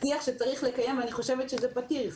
זה שיח שצריך לקיים אותו ואני חושבת שזה פתיר.